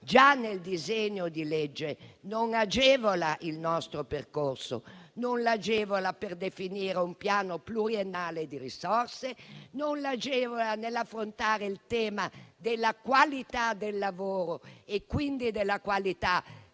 già nel disegno di legge, non agevola il nostro percorso, non lo agevola per definire un piano pluriennale di risorse, non lo agevola nell'affrontare il tema della qualità del lavoro e quindi della qualità dei servizi.